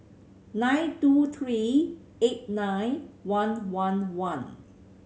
nine two three eight nine one one one